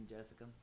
Jessica